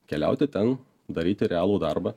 keliauti ten daryti realų darbą